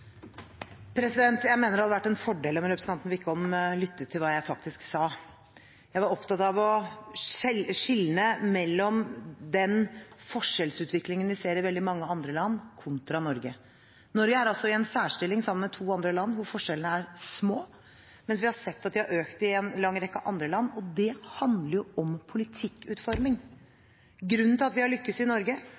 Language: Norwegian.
Jeg mener det hadde vært en fordel om representanten Wickholm lyttet til hva jeg faktisk sa. Jeg var opptatt av å skille mellom den forskjellsutviklingen vi ser i veldig mange andre land, kontra Norge. Norge er i en særstilling – sammen med to andre land – hvor forskjellene er små, mens vi har sett at de har økt i en lang rekke andre land, og det handler om politikkutforming. Grunnen til at vi har lyktes i Norge,